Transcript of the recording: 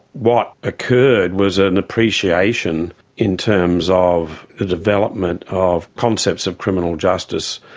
what occurred was an appreciation in terms of the development of concepts of criminal justice.